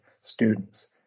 students